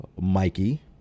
mikey